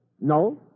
No